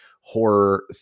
horror